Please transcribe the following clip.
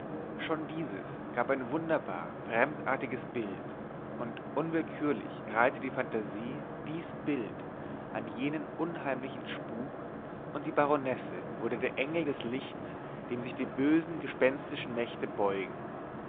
schon dieses gab ein wunderbar fremdartiges bild und unwillkürlich reihte die fantasie dies bild an jenen unheimlichen spuk und die baronesse wurde der engel des lichts dem sich die bösen gespenstischen mächte beugen